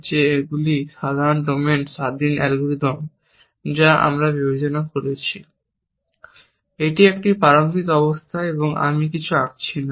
যে এগুলি সাধারণ ডোমেন স্বাধীন অ্যালগরিদম যা আমরা বিবেচনা করছি। এটি একটি প্রারম্ভিক অবস্থা এবং আমি কিছু আঁকছি না